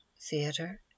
theatre